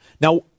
Now